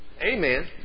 Amen